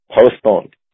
postponed